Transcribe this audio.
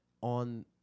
on